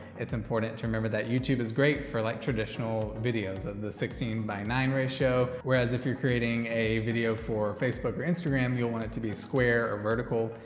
it's important to remember that youtube is great for like traditional videos, the sixteen nine ratio. whereas if you're creating a video for facebook or instagram, you'll want it to be square or vertical.